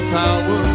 power